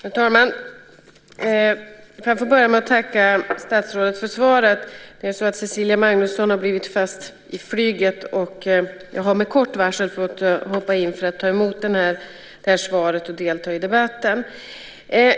Herr talman! Jag får börja med att tacka statsrådet för svaret. Cecilia Magnusson har blivit fast i flyget, och jag har med kort varsel fått träda in för att ta emot det här svaret och delta i debatten.